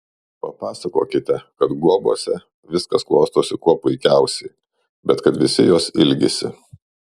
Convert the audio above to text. papasakokite kad guobose viskas klostosi kuo puikiausiai bet kad visi jos ilgisi